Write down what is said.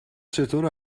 چطور